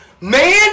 man